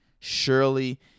Surely